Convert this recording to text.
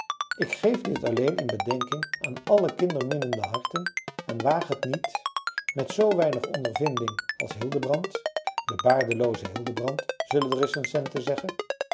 ik geef dit alleen in bedenking aan alle kinderminnende harten en waag het niet met zoo weinig ondervinding als hildebrand de baardelooze hildebrand zullen de recensenten zeggen